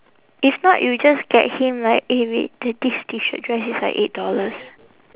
if not you just get him like eh wait the this T shirt dress is like eight dollars